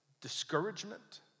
discouragement